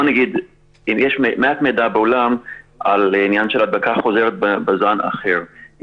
יש מעט מידע בעולם על עניין של הדבקה חוזרת בזן אחר.